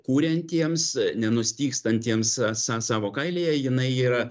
kuriantiems nenustygstantiems sa savo kailyje jinai yra